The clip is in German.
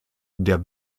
der